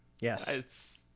Yes